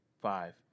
five